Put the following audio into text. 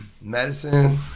medicine